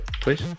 please